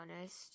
honest